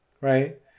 right